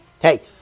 Hey